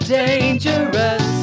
dangerous